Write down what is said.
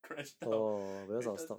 crash 到 crash 到是